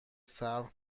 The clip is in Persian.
صبر